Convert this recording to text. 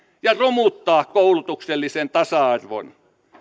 ja romuttaa koulutuksellisen tasa arvon